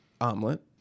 omelet